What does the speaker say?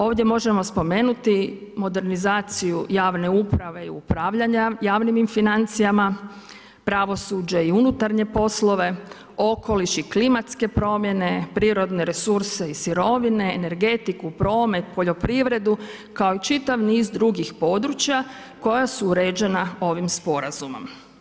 Ovdje možemo spomenuti modernizaciju javne uprave i upravljanja javnim financijama, pravosuđe i unutarnje poslove, okoliš i klimatske promjene, prirodne resurse i sirovine, energetiku, promet, poljoprivredu kao i čitav niz drugih područja koja su uređena ovim Sporazumom.